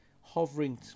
hovering